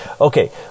Okay